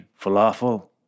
Falafel